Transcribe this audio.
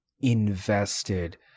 invested